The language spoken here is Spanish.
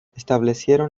establecieron